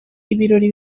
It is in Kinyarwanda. ibirori